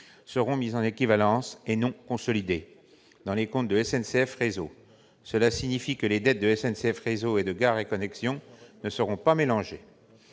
seront mis en équivalence et non consolidés dans les comptes de SNCF Réseau. Cela signifie que les dettes de SNCF Réseau et de Gares & Connexions ne seront pas mélangées.